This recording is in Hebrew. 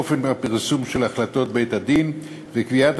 אופן הפרסום של החלטות בית-הדין וקביעת